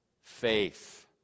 faith